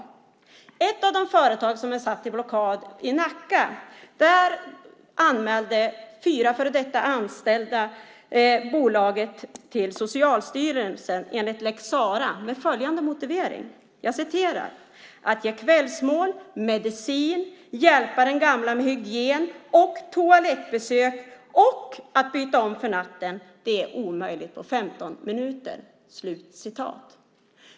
Fyra före detta anställda i ett av de företag som är satt i blockad i Nacka anmälde bolaget till Socialstyrelsen enligt lex Sarah med följande motivering: Att ge kvällsmål och medicin, hjälpa den gamla med hygien och toalettbesök och byta om för natten är omöjligt på 15 minuter.